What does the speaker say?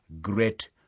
great